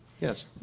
Yes